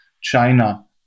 China